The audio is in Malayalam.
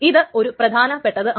ഇത് ഒരു പ്രധാനപ്പെട്ടതാണ്